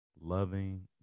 loving